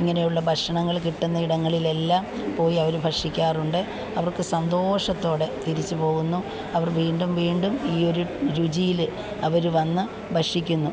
ഇങ്ങനെയുള്ള ഭക്ഷണങ്ങൾ കിട്ടുന്ന ഇടങ്ങളിലെല്ലാം പോയി അവർ ഭക്ഷിക്കാറുണ്ട് അവർക്ക് സന്തോഷത്തോടെ തിരിച്ച് പോവുന്നു അവർ വീണ്ടും വീണ്ടും ഈ ഒരു രുചിയിൽ അവർ വന്ന് ഭക്ഷിക്കുന്നു